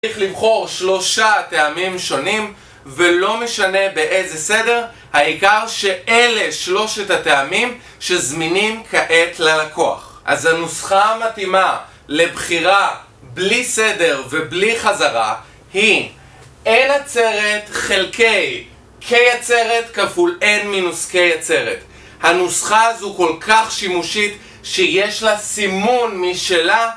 צריך לבחור שלושה טעמים שונים, ולא משנה באיזה סדר, העיקר שאלה שלושת הטעמים שזמינים כעת ללקוח אז הנוסחה המתאימה לבחירה בלי סדר ובלי חזרה היא n עצרת חלקי k עצרת כפול n מינוס k עצרת הנוסחה הזו כל כך שימושית שיש לה סימון משלה